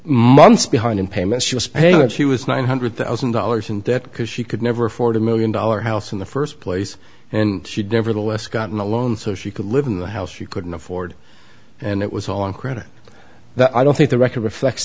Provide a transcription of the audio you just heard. months behind in payments she was paying she was nine hundred thousand dollars in debt because she could never afford a one million dollars house in the st place and she'd never the less gotten a loan so she could live in the house she couldn't afford and it was on credit that i don't think the record reflects